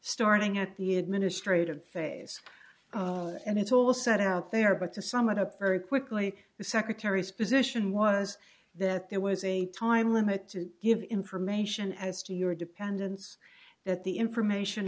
starting at the administrative phase and it's all set out there but to sum it up very quickly the secretary's position was that there was a time limit to give information as to your dependents that the information